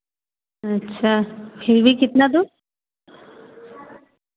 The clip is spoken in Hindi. अच्छा फिर भी कितना दूर